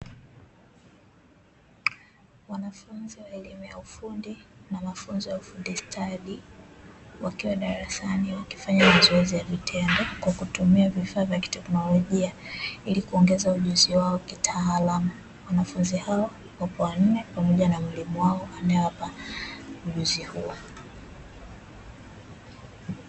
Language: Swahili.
Wanafunzi wa elimu ya ufundi na mafunzo ya ufundi stadi wakiwa darasani wakifanya mazoezi ya vitendo kwa kutumia vifaa vya teknolojia ili kuongeza ujuzi wao kitaalamu wanafunzi hao wapo wanne pamoja na mwalimu wao anayewapa ujuzi huo.